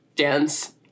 Dance